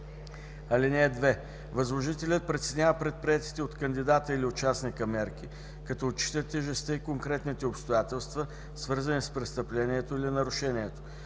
(2) Възложителят преценява предприетите от кандидата или участника мерки, като отчита тежестта и конкретните обстоятелства, свързани с престъплението или нарушението.